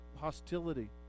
hostility